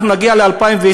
אנחנו נגיע ל-2020.